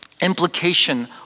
implication